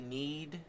need